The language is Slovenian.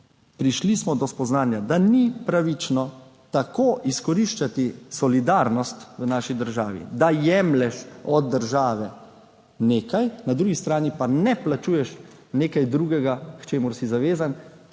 Prišli smo do spoznanja, da ni pravično tako izkoriščati solidarnosti v naši državi, da jemlješ od države nekaj, na drugi strani pa ne plačuješ nečesa drugega, k čemur si zavezan,